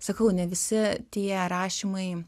sakau ne visi tie rašymai